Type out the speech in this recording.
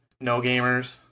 no-gamers